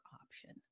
option